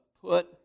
put